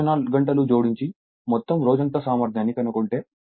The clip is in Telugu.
24 గంటలు జోడించిమొత్తం రోజంతా సామర్థ్యాన్ని కనుగొంటే